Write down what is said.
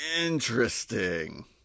Interesting